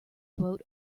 boat